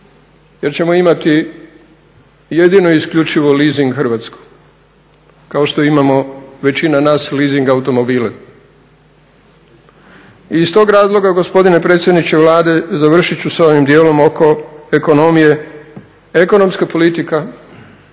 jer ćemo imati jedino i isključivo leasing Hrvatsku kao što imamo većina nas leasing automobile. I iz tog razloga gospodine predsjedniče Vlade završiti ću sa ovim dijelom oko ekonomije, ekonomska politika